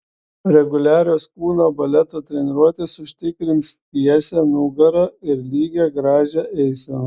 reguliarios kūno baleto treniruotės užtikrins tiesią nugarą ir lygią gražią eiseną